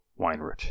Weinrich